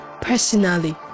personally